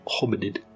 hominid